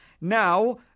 Now